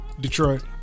Detroit